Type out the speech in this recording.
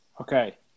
Okay